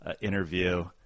interview